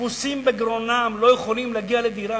תפוסים בגרונם, לא יכולים להגיע לדירה,